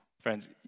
friends